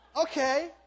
Okay